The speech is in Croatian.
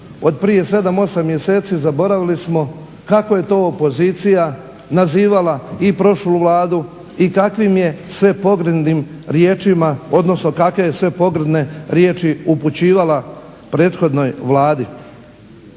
od prije 7, 8 mjeseci zaboravili smo kako je to opozicija nazivala i prošlu Vladu i kakvim je sve pogrdnim riječima, odnosno kakve je sve pogrdne riječi upućivala prethodnoj Vladi.